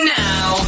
now